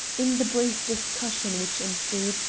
in the brief discussion which ensued,